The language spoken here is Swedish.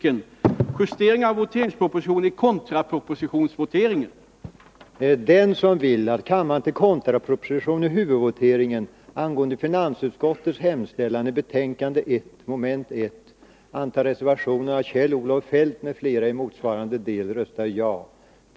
Eventuella återförvisningar kommer därför att avse endast det eller de moment där lika röstetal uppkommit.